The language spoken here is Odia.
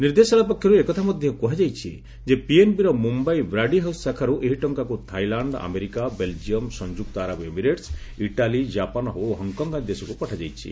ନିର୍ଦ୍ଦେଶାଳୟ ପକ୍ଷରୁ ଏକଥା ମଧ୍ୟ କୁହାଯାଇଛି ଯେ ପିଏନ୍ବି ର ମୁମ୍ୟାଇ ବ୍ରାଡି ହାଉସ୍ ଶାଖାରୁ ଏହି ଟଙ୍କାକୁ ଥାଇଲାଣ୍ଡ ଆମେରିକା ବେଲକିୟମ୍ ସଂଯୁକ୍ତ ଆରବ ଏମିରେଟସ୍ ଇଟାଲି ଜାପାନ୍ ଓ ହଙ୍କକଙ୍ଗ ଆଦି ଦେଶକୁ ପଠାଯାଇଛି